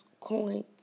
coins